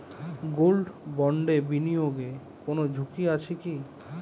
Gold বন্ডে বিনিয়োগে কোন ঝুঁকি আছে কি?